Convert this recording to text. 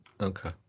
Okay